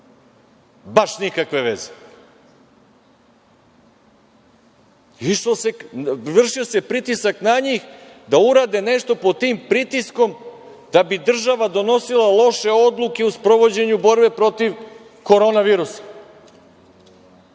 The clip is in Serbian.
baš nikakve. Vršio se pritisak na njih da urade nešto pod tim pritiskom da bi država donosila loše odluke u sprovođenju borbe protiv Koronavirusa.